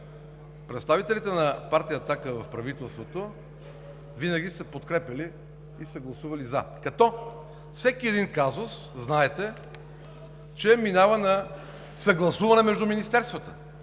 представителите на партия „Атака“ в правителството винаги са подкрепяли и са гласували „за“, като всеки един казус, знаете, минава на съгласуване между министерствата.